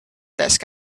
desk